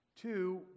Two